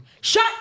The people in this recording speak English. shut